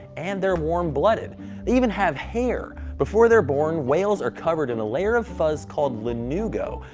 and they're warm-blooded. they even have hair! before they're born, whales are covered in a layer of fuzz called lanugo,